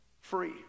free